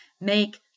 make